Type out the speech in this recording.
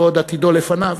ועוד עתידו לפניו,